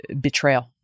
betrayal